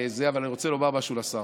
אבל אני רוצה לומר משהו לשר,